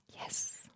yes